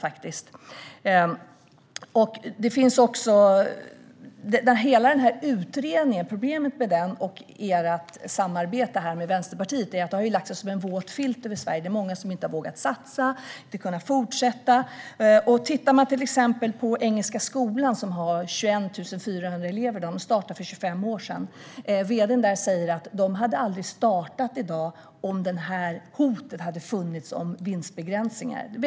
Problemet med denna utredning och regeringens samarbete med Vänsterpartiet är att detta har lagt sig som en våt filt över Sverige. Det är många som inte har vågat satsa och många som inte har kunnat fortsätta. Vi kan till exempel titta på Engelska skolan, som har 21 400 elever och startade för 25 år sedan. Vd:n där säger att man aldrig hade startat i dag om hotet om vinstbegränsning hade funnits.